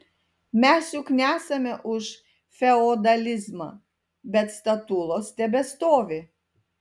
mes juk nesame už feodalizmą bet statulos tebestovi